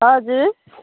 हजुर